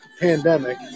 pandemic